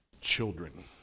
children